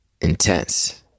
intense